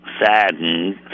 saddened